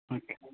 okay